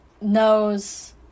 knows